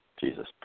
Jesus